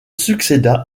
succéda